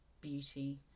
beauty